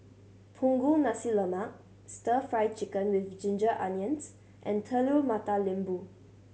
Punggol Nasi Lemak Stir Fry Chicken with ginger onions and Telur Mata Lembu